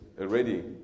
already